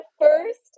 first